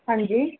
ਹਾਂਜੀ